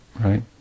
right